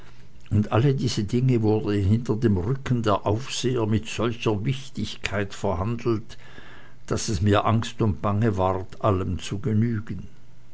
und alle diese dinge wurden hinter dem rücken der aufseher mit solcher wichtigkeit verhandelt daß es mir angst und bange ward allem zu genügen